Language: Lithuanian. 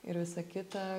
ir visa kita